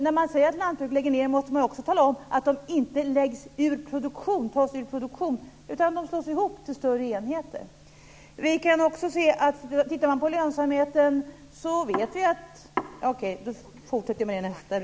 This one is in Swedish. När man säger att lantbruk lägger ned måste man ju också tala om att de inte tas ur produktion, utan de slås ihop till större enheter.